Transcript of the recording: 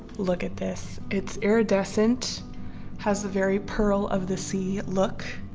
look at this. it's iridescent has a very pearl of the sea look.